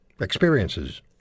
experiences